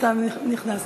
אתה נכנסת.